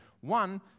One